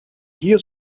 hier